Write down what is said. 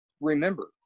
remember